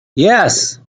yes